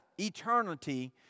eternity